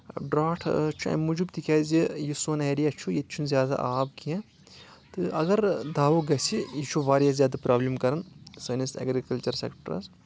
drought چھُ اَمہِ موٗجوٗب تِکیازِ یہِ سون ایریا چھُ ییٚتہِ چھُنہٕ زیادٕ آب کینٛہہ تہٕ اگر دَو گژھِ یہِ چھُ واریاہ زیادٕ پرابلِم کران سٲنِس ایٚگرِکَلچر سیٚکٹرس